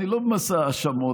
אני לא במסע האשמות,